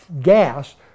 gas